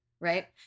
Right